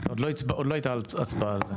עוד לא היתה הצבעה על זה.